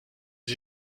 sie